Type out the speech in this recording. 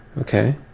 Okay